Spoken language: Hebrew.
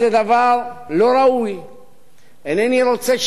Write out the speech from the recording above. אינני רוצה ששמי יירשם בשום מקום על אמירה גזענית